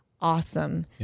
awesome